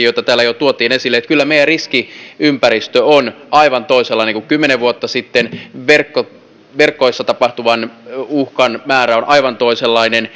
joita täällä jo tuotiin esille että kyllä meidän riskiympäristömme on aivan toisenlainen kuin kymmenen vuotta sitten verkoissa tapahtuvan uhkan määrä on aivan toisenlainen